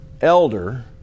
elder